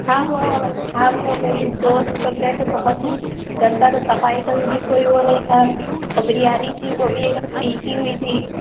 ہم ہم اور میری دوست لوگ گئے تھے بہت ہی گندا تھا صفائی کا بھی کوئی وہ نہیں تھا اور بریانی تھی وہ بھی ایک دم تیکھی ہوئی تھی